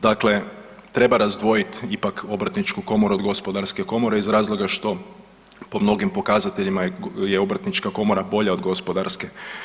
Dakle, treba razdvojit ipak obrtničku komoru od gospodarske komore iz razloga što po mnogim pokazateljima je obrtnička komora bolja od gospodarske.